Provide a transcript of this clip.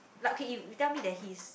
lah okay you you tell me that he's